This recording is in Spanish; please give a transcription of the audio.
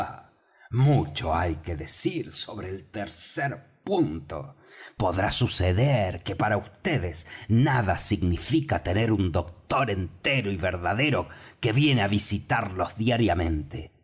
mucho hay que decir sobre el tercer punto podrá suceder que para vds nada significa tener un doctor entero y verdadero que viene á visitarlos diariamente